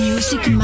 Music